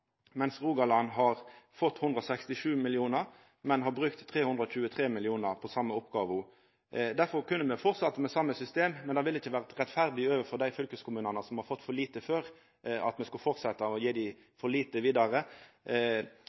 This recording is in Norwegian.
mens Rogaland har fått 167 mill. kr, men har brukt 323 mill. kr på same oppgåva. Me kunne fortsett med same system, men det ville ikkje vore rettferdig overfor dei fylkeskommunane som har fått for lite før, at me skulle fortsetja å gje dei for lite vidare.